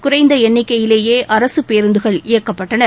குறைந்த எண்ணிகையிலேயே அரசுப் பேருந்துகள் இயக்கப்பட்டன